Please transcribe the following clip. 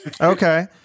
Okay